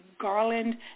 garland